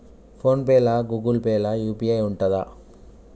Phone pay లా Google Pay లా UPI ఉంటదా?